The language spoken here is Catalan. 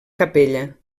capella